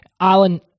Alan